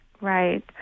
Right